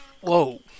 Whoa